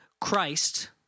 Christ